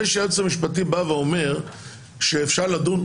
זה שהיועץ המשפטי בא ואומר שאפשר לדון,